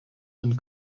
and